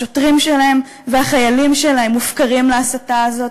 השוטרים שלהם והחיילים שלהם מופקרים להסתה הזאת.